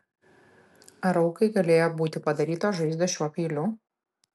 ar aukai galėjo būti padarytos žaizdos šiuo peiliu